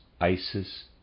Isis